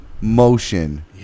motion